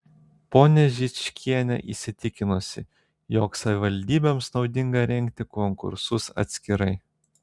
ponia žičkienė įsitikinusi jog savivaldybėms naudinga rengti konkursus atskirai